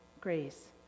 grace